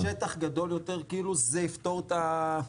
אתה חושב ששטח גדול יותר, זה יפתור את הבעיה?